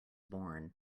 born